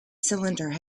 cylinder